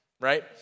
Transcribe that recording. right